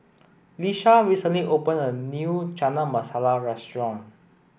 Lisha recently opened a new Chana Masala restaurant